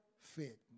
fit